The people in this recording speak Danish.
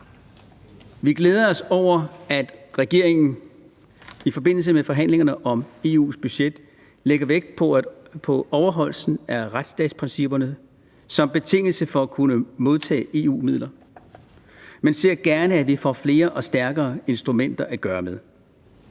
Vi glæder os over, at regeringen i forbindelse med forhandlingerne om EU's budget lægger vægt på overholdelsen af retsstatsprincipperne som betingelse for at kunne modtage EU-midler, men ser gerne, at vi får flere og stærkere instrumenter, som